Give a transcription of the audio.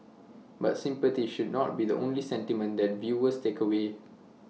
but sympathy should not be the only sentiment that viewers take away